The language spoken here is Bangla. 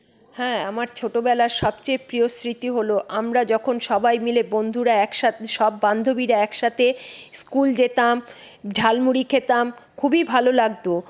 হ্যাঁ আমার ছোটবেলার সবচেয়ে প্রিয় স্মৃতি হল আমরা যখন সবাই মিলে বন্ধুরা একসাথে সব বান্ধবীরা একসাথে স্কুল যেতাম ঝালমুড়ি খেতাম খুবই ভালো লাগত